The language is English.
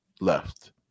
left